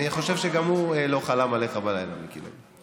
ואני חושב שגם הוא לא חלם עליך בלילה, מיקי לוי.